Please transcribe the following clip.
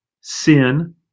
sin